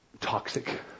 toxic